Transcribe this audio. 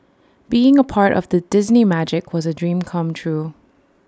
being A part of the Disney magic was A dream come true